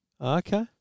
Okay